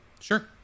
Sure